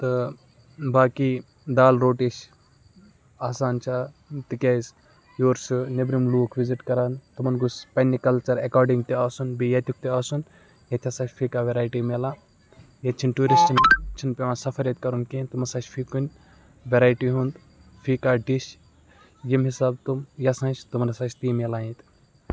تہٕ باقٕے دال روٹی چھِ آسان چھےٚ تِکیٛازِ یور چھُ نٮ۪برِم لُکھ وِزِٹ کَران تِمَن گوٚژھ پنٛنہِ کَلچَر ایکاڈِنٛگ تہِ آسُن بیٚیہِ ییٚتیُک تہِ آسُن ییٚتہِ ہَسا چھِ فی کانٛہہ ویرایٹی مِلان ییٚتہِ چھِنہٕ ٹیوٗرِسٹن چھِنہٕ پیٚوان سَفَر ییٚتہِ کَرُن کِہیٖنۍ تِم ہَسا چھِ فی کُنہِ ویرایٹی ہُنٛد فی کانٛہہ ڈِش ییٚمہِ حساب تِم یَژھان چھِ تِمَن ہَسا چھِ تی مِلان ییٚتہِ